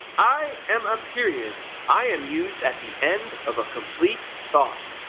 i am a period. i am used at the end of a complete thought.